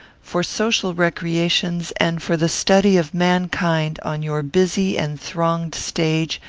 for social recreations, and for the study of mankind on your busy and thronged stage,